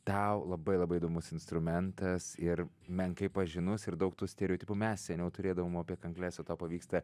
tau labai labai įdomus instrumentas ir menkai pažinus ir daug tų stereotipų mes seniau turėdavom apie kankles o tau pavyksta